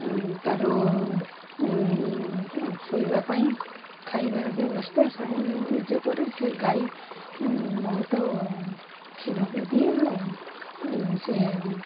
ତା'ର ଶୋଇବା ପାଇଁ ଖାଇବାର ବ୍ୟବସ୍ଥା ସବୁ ମୁଁ ନିଜେ କରେ ସେ ଗାଈ ବହୁତ କ୍ଷୀର ବି ଦିଏ ଆଉ ସେ